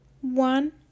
one